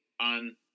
on